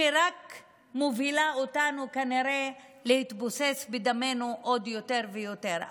שכנראה רק מובילה אותנו להתבוסס בדמנו יותר ויותר.